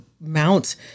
mount